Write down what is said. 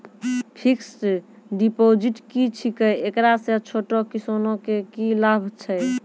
Fixed deposit की छिकै, एकरा से छोटो किसानों के की लाभ छै?